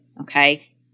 okay